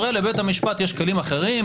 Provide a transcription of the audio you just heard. הרי לבית המשפט יש כלים אחרים.